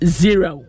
zero